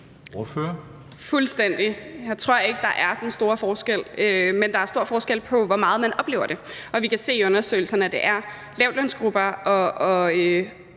fuldstændig enig. Jeg tror ikke, at der er den store forskel, men der er stor forskel på, hvor meget man oplever det. Vi kan se i undersøgelser, at det drejer sig